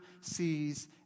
sees